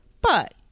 But